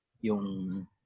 yung